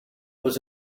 was